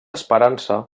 esperança